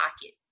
pocket